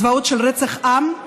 זוועות של רצח עם,